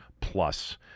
plus